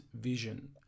vision